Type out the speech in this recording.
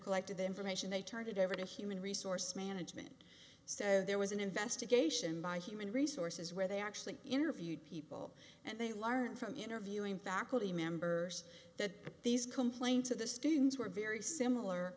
collected the information they turned it over to human resource management so there was an investigation by human resources where they actually interviewed people and they learned from interviewing faculty members that these complaints of the students were very similar